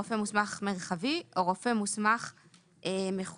רופא מוסמך מרחבי או רופא מוסמך מחוזי.